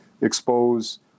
expose